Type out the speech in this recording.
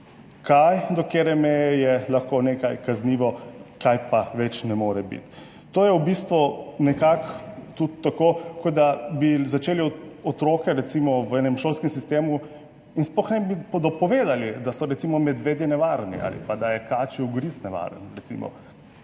kaj, do katere meje je lahko nekaj kaznivo, kaj pa več ne more biti. To je v bistvu nekako tudi tako, kot da otrokom recimo v enem šolskem sistemu sploh ne bi dopovedali, da so recimo medvedje nevarni ali pa da je kačji ugriz nevaren,